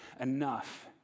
enough